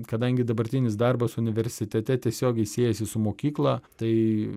kadangi dabartinis darbas universitete tiesiogiai siejasi su mokykla tai